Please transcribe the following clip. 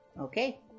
Okay